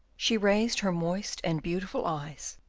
she raised her moist and beautiful eyes,